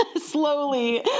slowly